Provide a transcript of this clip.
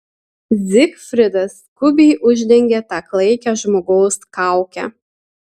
zigfridas skubiai uždengė tą klaikią žmogaus kaukę